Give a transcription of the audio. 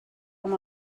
amb